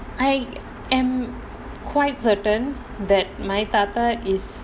I am quite certain that my தாத்தா:thatha is